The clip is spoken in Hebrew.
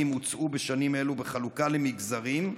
הוצאו בשנים אלו בחלוקה למגזרים?